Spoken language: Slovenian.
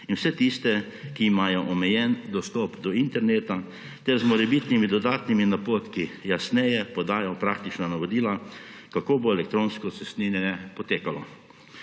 in vse tiste, ki imajo omejen dostop do interneta, ter z morebitnimi dodatnimi napotki jasneje podajo praktična navodila, kako bo elektronsko cestninjenje potekalo.